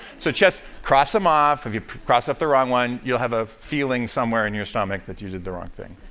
so just cross them off. if you cross off the wrong one, you'll have a feeling somewhere in your stomach that you did the wrong thing.